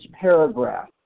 paragraph